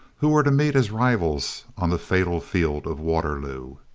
who were to meet as rivals on the fatal field of waterloo.